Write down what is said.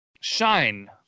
shine